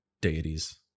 deities